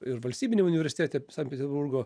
ir valstybiniam universitete sankt peterburgo